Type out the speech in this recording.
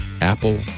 Apple